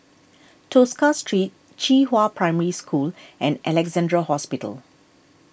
Tosca Street Qihua Primary School and Alexandra Hospital